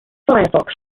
firefox